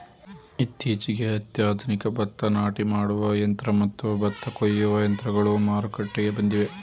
ಇತ್ತೀಚೆಗೆ ಅತ್ಯಾಧುನಿಕ ಭತ್ತ ನಾಟಿ ಮಾಡುವ ಯಂತ್ರ ಮತ್ತು ಭತ್ತ ಕೊಯ್ಯುವ ಯಂತ್ರಗಳು ಮಾರುಕಟ್ಟೆಗೆ ಬಂದಿವೆ